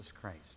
Christ